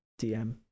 dm